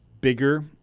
bigger